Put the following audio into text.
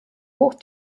hoch